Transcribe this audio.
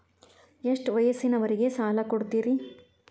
ಎಷ್ಟ ವಯಸ್ಸಿನವರಿಗೆ ಸಾಲ ಕೊಡ್ತಿರಿ?